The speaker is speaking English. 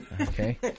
Okay